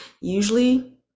Usually